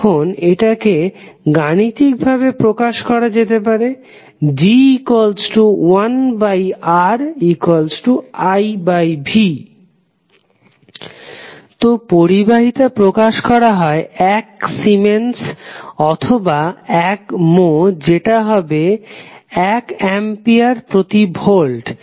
এখন এটা কে গাণিতিক ভাবে প্রকাশ করা যেতে পারে G1Riv তো পরিবাহিতা প্রকাশ করা হয় এক সিমেন্স অথবা এক মো যেটা হবে এক অ্যাম্পিয়ার প্রতি ভোল্ট